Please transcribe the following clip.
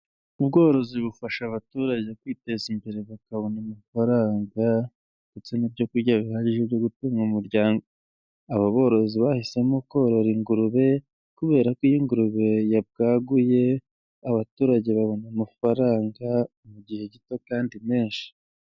Ubworozi bufasha abaturage kwiteza imbere bakabona amafaranga ndetse n'ibyo kurya bihagije byo gutunga umuryango, aba borozi bahisemo korora ingurube kubera ko iyo ngurube yabwaguye, abaturage babona amafaranga mu gihe gito kandi menshi.